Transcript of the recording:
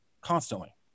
constantly